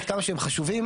כמה שהם חשובים,